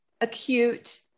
acute